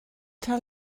tell